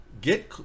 get